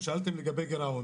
ושאלתם לגבי הגירעון,